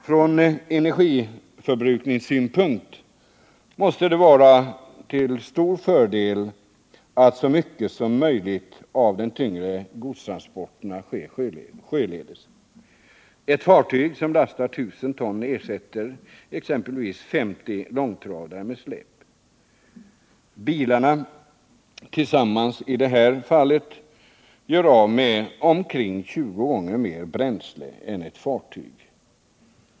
Från energiförbrukningssynpunkt måste det vara en stor fördel att så mycket som möjligt av de tyngre godstransporterna sker sjöledes. Ett fartyg som lastar 1 000 ton ersätter exempelvis 50 långtradare med släp. Bilarna gör i det här fallet tillsammans av med omkring 20 gånger mer bränsle än ett fartyg.